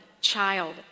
child